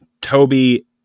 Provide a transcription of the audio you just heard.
Toby